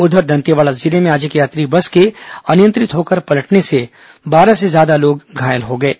उधर दंतेवाड़ा जिले में आज एक यात्री बस के अनियंत्रित होकर पलटने से बारह से अधिक लोग घायल हो गए हैं